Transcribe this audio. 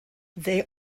they